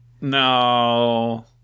No